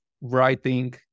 writing